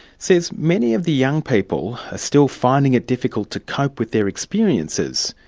says many of the young people are still finding it difficult to cope with their experiences,